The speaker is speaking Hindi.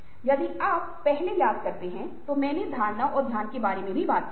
यदि आप पहले याद करते हैं तो मैंने धारणा और ध्यान के बारे में बात की थी